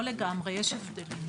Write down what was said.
לא לגמרי, יש הבדל.